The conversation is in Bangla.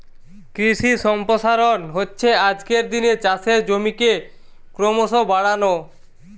কৃষি সম্প্রসারণ হচ্ছে আজকের দিনে চাষের জমিকে ক্রোমোসো বাড়ানো